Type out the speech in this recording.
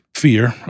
Fear